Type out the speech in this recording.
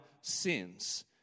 sins